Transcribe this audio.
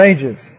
Ages